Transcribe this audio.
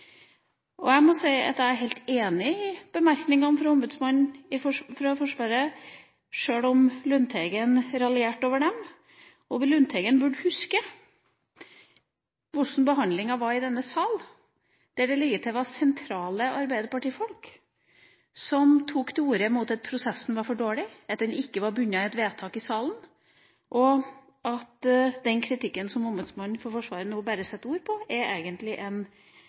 belyst. Jeg må si at jeg er helt enig i bemerkningene fra Ombudsmannen for Forsvaret, selv om Lundteigen raljerte over dem. Lundteigen burde huske hvordan behandlinga var i denne sal, der det til og med var sentrale Arbeiderparti-folk som tok til orde mot prosessen og sa at den var for dårlig, at den ikke var bundet i et vedtak i salen. Og den kritikken som Ombudsmannen for Forsvaret nå bare setter ord på, er egentlig en